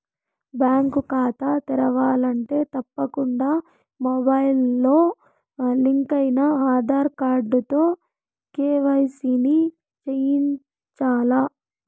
bank కాతా తెరవాలంటే తప్పకుండా మొబయిల్తో లింకయిన ఆదార్ కార్డుతో కేవైసీని చేయించాల్ల